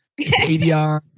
ADR